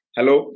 Hello